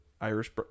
Irish